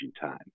time